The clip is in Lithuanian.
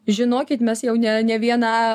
žinokit mes jau ne ne vieną